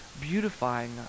beautifying